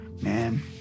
man